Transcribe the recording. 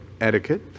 Etiquette